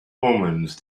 omens